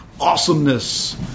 Awesomeness